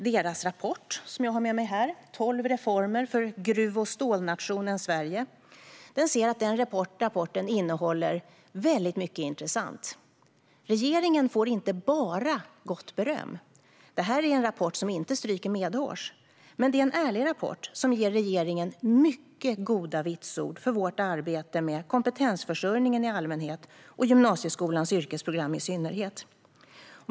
Deras rapport Tolv reformer för g ruv och stålnationen Sverige innehåller väldigt mycket intressant läsning. Regeringen får inte bara gott beröm. Den här rapporten stryker inte medhårs, men det är en ärlig rapport som ger regeringen mycket goda vitsord för vårt arbete med att stärka kompetensförsörjningen i allmänhet och med gymnasieskolans yrkesprogram i synnerhet.